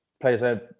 players